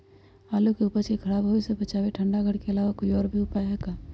आलू के उपज के खराब होवे से बचाबे ठंडा घर के अलावा कोई और भी उपाय है का?